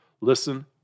Listen